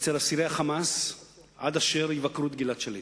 אצל אסירי ה"חמאס" עד אשר יבקרו את גלעד שליט.